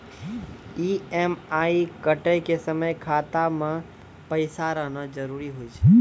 EMI कटै के समय खाता मे पैसा रहना जरुरी होय छै